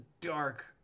dark